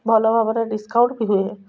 ଭଲ ଭାବରେ ଡିସ୍କାଉଣ୍ଟ୍ ବି ହୁଏ